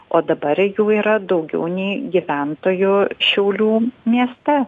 o dabar jų yra daugiau nei gyventojų šiaulių mieste